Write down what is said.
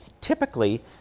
Typically